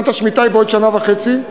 שנת השמיטה היא בעוד שנה וחצי,